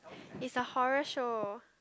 it's a horror show